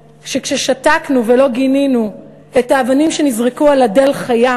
שכששתקנו ולא גינינו את האבנים שנזרקו על אדל חיה,